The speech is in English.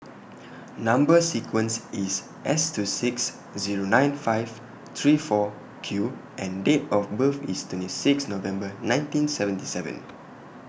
Number sequence IS S two six Zero nine five three four Q and Date of birth IS twenty six November nineteen seventy seven